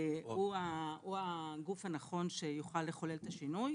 הוא הגוף הנכון שיוכל לחולל את השינוי.